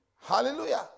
Hallelujah